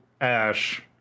Ash